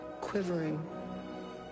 quivering